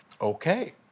okay